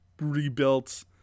rebuilt